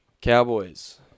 Cowboys